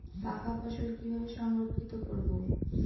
পাকা ফসল কিভাবে সংরক্ষিত করব?